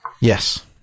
yes